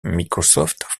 microsoft